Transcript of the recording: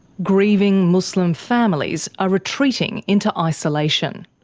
grieving muslim families are retreating into isolation.